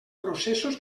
processos